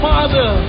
Father